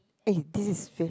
eh this is fifth